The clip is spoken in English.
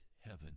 heaven